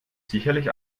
sicherlich